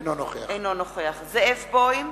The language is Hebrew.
אינו נוכח זאב בוים,